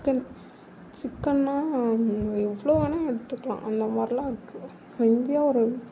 chicken சிக்கன்னால் எவ்வளோ வேணால் எடுத்துக்கலாம் அந்த மாதிரிலாம் இருக்குது நம்ம இந்தியா ஒரு